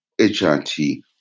HRT